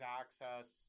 access